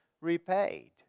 repaid